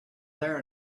there